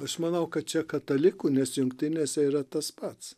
aš manau kad čia katalikų nes jungtinėse yra tas pats